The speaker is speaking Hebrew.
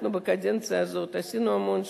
אנחנו, בקדנציה הזאת עשינו המון שינויים.